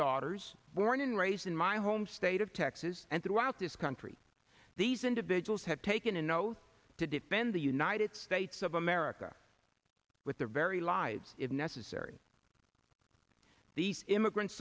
daughters born and raised in my home state of texas and throughout this country these individuals have taken an oath to defend the united states of america with their very lives if necessary these immigrant